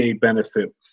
benefit